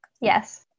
Yes